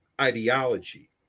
ideology